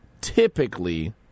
typically